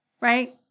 right